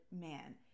man